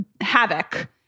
havoc